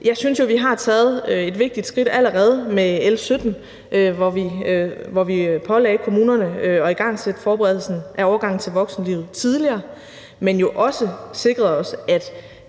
vi allerede har taget et vigtigt skridt med L 17, hvor vi pålagde kommunerne at igangsætte forberedelsen af overgangen til voksenlivet tidligere, men jo også sikrede os, at